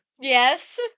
Yes